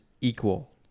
equal